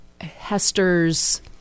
Hester's